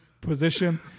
position